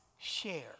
share